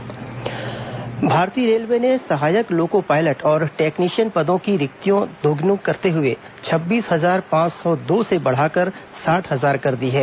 railway भर्ती भारतीय railway ने सहायक लोको पायलट और टेक्नीशियन पदों की रिक्तियां दोगुनी करते हुए छब्बीस हजार पांच सौ दो से बढ़ाकर साठ हजार कर दी हैं